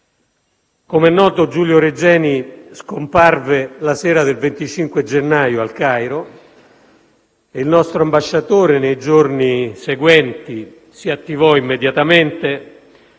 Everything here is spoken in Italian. Come è noto, Giulio Regeni scomparve la sera del 25 gennaio al Cairo e il nostro ambasciatore, nei giorni seguenti, si attivò immediatamente,